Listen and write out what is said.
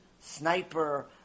sniper